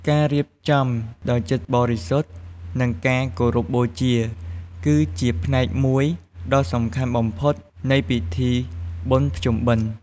ការរៀបចំដោយចិត្តបរិសុទ្ធ និងការគោរពបូជា គឺជាផ្នែកមួយដ៏សំខាន់បំផុតនៃពិធីបុណ្យភ្ជុំបិណ្ឌ។